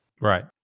Right